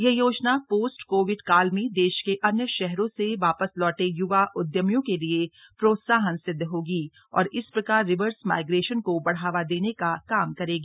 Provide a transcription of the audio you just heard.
यह योजना post covid काल में देश के अन्य शहरों से वापस लौटे य्वा उद्यमियों के लिए प्रोत्साहन सिद्ध होगी और इस प्रकार रिर्वस माइग्रेशन को बढ़ावा देने का काम करेगी